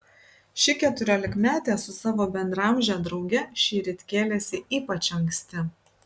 ši keturiolikmetė su savo bendraamže drauge šįryt kėlėsi ypač anksti